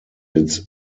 its